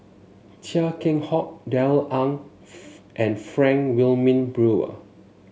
Chia Keng Hock Darrell Ang and Frank Wilmin Brewer